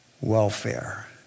Welfare